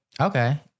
Okay